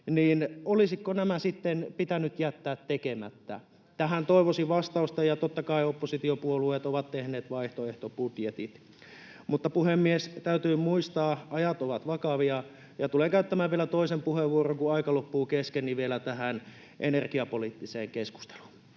nämä koulutuspanostukset sitten pitänyt jättää tekemättä? Tähän toivoisin vastausta. Ja totta kai oppositiopuolueet ovat tehneet vaihtoehtobudjetit. Mutta, puhemies, täytyy muistaa, että ajat ovat vakavia. Tulen käyttämään vielä toisen puheenvuoron, kun aika loppuu kesken, tähän energiapoliittiseen keskusteluun.